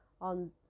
on